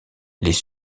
les